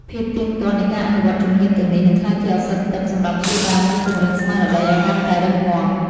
ភាពទៀងទាត់នៃការអនុវត្តជំហានទាំងនេះ នឹងក្លាយជាឱសថទិព្វសម្រាប់ព្យាបាល និងពង្រឹងស្មារតីឱ្យកាន់តែរឹងមាំ។